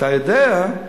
אתה יודע,